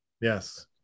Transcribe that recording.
Yes